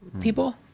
people